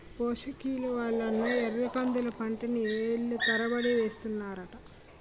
పోసకిలువలున్న ఎర్రకందుల పంటని ఏళ్ళ తరబడి ఏస్తన్నారట